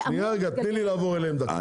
לפני,